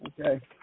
Okay